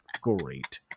great